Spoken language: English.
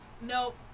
Nope